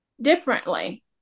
differently